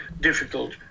difficult